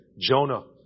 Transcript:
Jonah